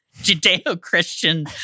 judeo-christian